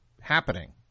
happening